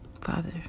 Father